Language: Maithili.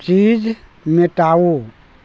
चीज मेटाउ